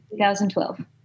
2012